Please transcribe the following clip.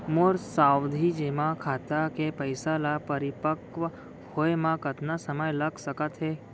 मोर सावधि जेमा खाता के पइसा ल परिपक्व होये म कतना समय लग सकत हे?